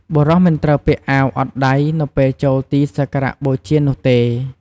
បុរសមិនត្រូវពាក់អាវអត់ដៃនៅពេលចូលទីសក្ការៈបូជានោះទេ។